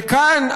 וכאן,